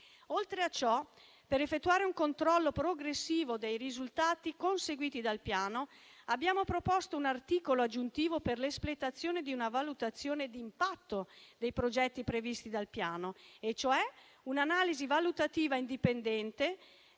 Oltre a ciò, per effettuare un controllo progressivo dei risultati conseguiti dal Piano, abbiamo proposto un articolo aggiuntivo per l'espletazione di una valutazione di impatto dei progetti previsti dal Piano, e cioè un'analisi valutativa indipendente